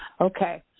Okay